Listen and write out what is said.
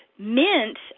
Mint